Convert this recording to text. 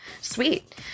Sweet